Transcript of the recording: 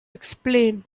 explain